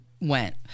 went